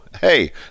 hey